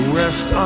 rest